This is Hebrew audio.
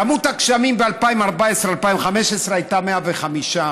כמות הגשמים ב-2015-2014 הייתה 105%,